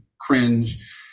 cringe